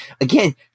again